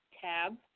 tab